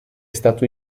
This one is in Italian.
stato